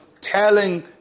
telling